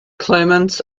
clements